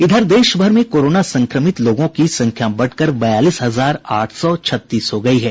इधर देश भर में कोरोना संक्रमित लोगों की संख्या बढ़कर बयालीस हजार आठ सौ छत्तीस हो गयी है